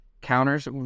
counters